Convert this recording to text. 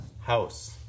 House